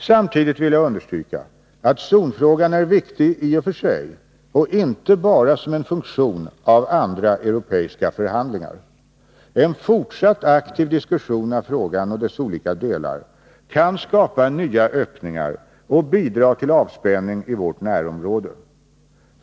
Samtidigt vill jag understryka att zonfrågan är viktig i sig och inte bara som en funktion av andra europeiska förhandlingar. En fortsatt, aktiv diskussion av frågan och dess olika delar kan skapa nya öppningar och bidra till avspänning i vårt närområde.